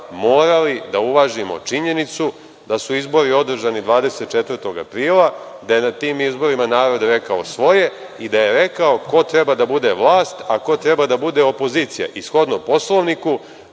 morali da uvažimo činjenicu da su izbori održani 24. aprila, da je na tim izborima narod rekao svoje i da je rekao ko treba da bude vlast, a ko treba da bude opozicija i shodno Poslovniku,